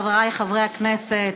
חברי חברי הכנסת,